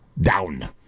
Down